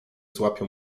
złapią